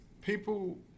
people